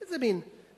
איזה מין דבר?